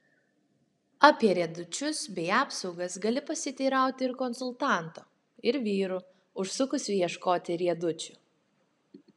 apie riedučius bei apsaugas gali pasiteirauti ir konsultanto ir vyrų užsukusių ieškoti riedučių